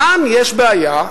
כאן יש בעיה,